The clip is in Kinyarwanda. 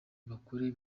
bakore